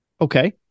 Okay